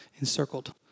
encircled